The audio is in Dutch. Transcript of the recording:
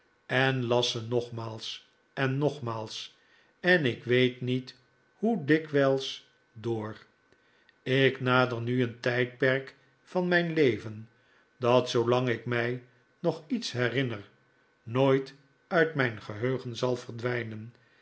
en las ze nogmaals en nogmaals en ik weet niet hpe dikwijls door ik nader nu een tijdperk van mijn leven dat zoolang ik mij nog iets herinner nooit uit mijn geheugen zal verdwijnen